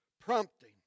prompting